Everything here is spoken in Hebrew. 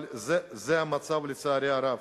אבל זה המצב, לצערי הרב.